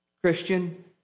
Christian